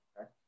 okay